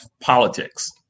politics